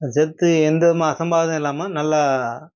அதை சேர்த்து எந்த விதமான அசம்பாவிதம் இல்லாமல் நல்லா